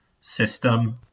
system